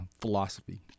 philosophy